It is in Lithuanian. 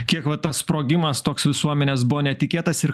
kiek va tas sprogimas toks visuomenės buvo netikėtas ir